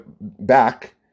back